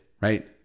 right